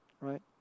right